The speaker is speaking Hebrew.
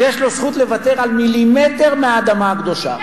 שיש לו זכות לוותר על מילימטר מהאדמה הקדושה.